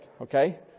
Okay